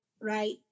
Right